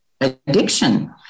addiction